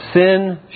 Sin